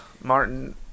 Martin